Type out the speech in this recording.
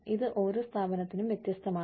ഇത് ഓരോ സ്ഥാപനത്തിനും വ്യത്യസ്തമാണ്